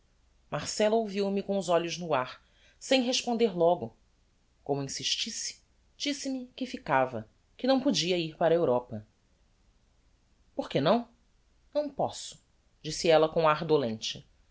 proposta marcella ouviu-me com os olhos no ar sem responder logo como insistisse disse-me que ficava que não podia ir para a europa porque não não posso disse ella com ar dolente